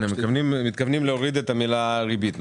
הם מתכוונים להוריד את המילה "ריבית".